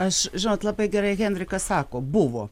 aš žinot labai gerai henrikas sako buvo